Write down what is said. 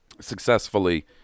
successfully